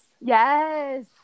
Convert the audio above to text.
Yes